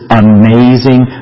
amazing